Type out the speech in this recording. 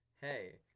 Hey